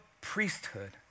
priesthood